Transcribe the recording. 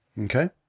Okay